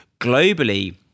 globally